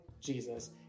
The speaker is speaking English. Jesus